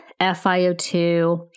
FiO2